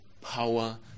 power